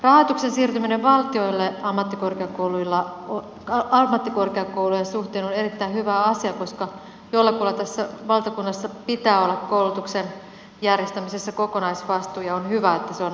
rahoituksen siirtyminen valtioille ammattikorkeakoulujen suhteen on erittäin hyvä asia koska jollakulla tässä valtakunnassa pitää olla koulutuksen järjestämisessä kokonaisvastuu ja on hyvä että se on valtakunnan tasolla